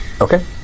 okay